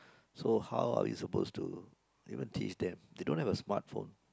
so how are you suppose to even teach them they don't have a smart phone